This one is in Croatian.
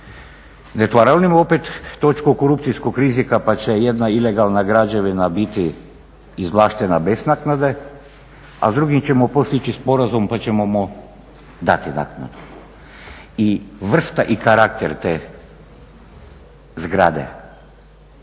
se ne razumije./… opet točku o korupcijskoj krizi …/Govornik se ne razumije/… jedna ilegalna građevina biti izvlaštena bez naknade a s drugim ćemo postići sporazum pa ćemo mu dati naknadu. I vrsta i karakter te zgrade,